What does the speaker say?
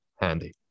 handy